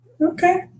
Okay